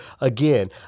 again